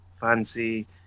fancy